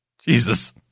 Jesus